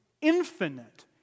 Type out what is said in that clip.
infinite